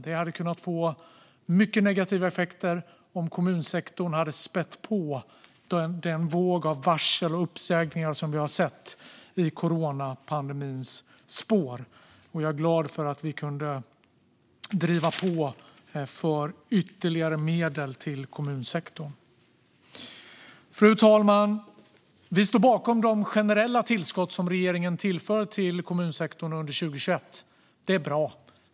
Det hade kunnat få mycket negativa effekter om kommunsektorn hade spätt på den våg av varsel och uppsägningar som vi har sett i coronapandemins spår. Jag är glad för att vi kunde driva på för ytterligare medel till kommunsektorn. Fru talman! Vi står bakom de generella tillskott som regeringen tillför till kommunsektorn under 2021. Det är bra.